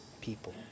people